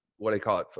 what i call it,